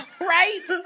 right